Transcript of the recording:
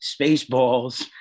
Spaceballs